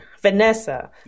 Vanessa